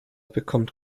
bekommt